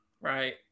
right